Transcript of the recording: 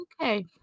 Okay